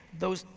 those,